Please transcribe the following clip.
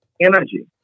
energy